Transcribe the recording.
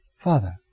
Father